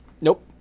Nope